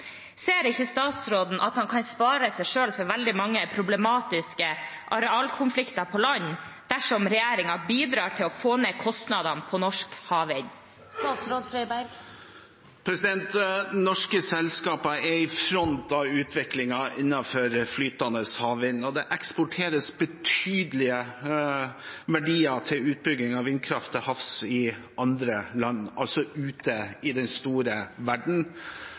Ser ikke statsråden at han kan spare seg selv for veldig mange problematiske arealkonflikter på land dersom regjeringen bidrar til å få ned kostnadene på norsk havvind? Norske selskaper er i front av utviklingen innenfor flytende havvind, og det eksporteres betydelige verdier til utbygging av vindkraft til havs i andre land, altså ute i den store verden.